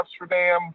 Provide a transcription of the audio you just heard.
Amsterdam